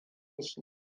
shi